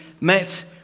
met